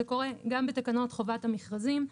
זה קורה גם בתקנות חובת המכרזים.